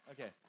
Okay